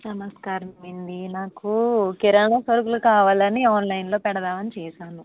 నమస్కారం అండి నాకు కిరాణా సరుకులు కావాలని ఆన్లైన్లో పెడదామని చేసాను